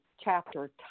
chapter